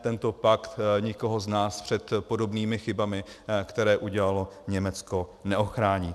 Tento pakt nikoho z nás před podobnými chybami, které udělalo Německo, neochrání.